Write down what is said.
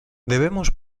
debemos